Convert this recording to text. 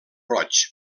roig